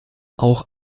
auch